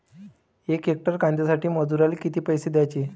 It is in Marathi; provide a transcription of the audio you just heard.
यक हेक्टर कांद्यासाठी मजूराले किती पैसे द्याचे?